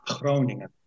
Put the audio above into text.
Groningen